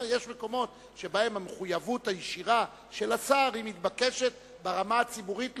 הוא אומר שיש מקומות שבהם המחויבות הישירה של השר מתבקשת ברמה הציבורית,